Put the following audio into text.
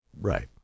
Right